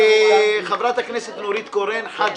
חברת הכנסת נורית קורן, חבר